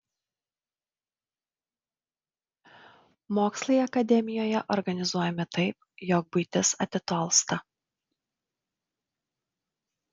mokslai akademijoje organizuojami taip jog buitis atitolsta